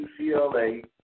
UCLA